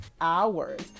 hours